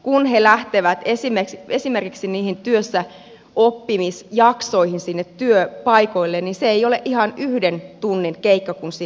kun he lähtevät esimerkiksi niihin työssäoppimisjaksoihin sinne työpaikoille niin se ei ole ihan yhden tunnin keikka kun sinne lähdetään